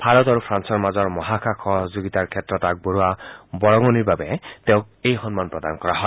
ভাৰত আৰু ফ্ৰালৰ মাজৰ মহাকাশ সহযোগিতাৰ ক্ষেত্ৰত আগবঢ়োৱাৰ বৰঙণিৰ বাবে তেওঁক এই সন্মান প্ৰদান কৰা হয়